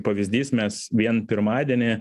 pavyzdys mes vien pirmadienį